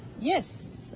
Yes